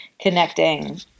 connecting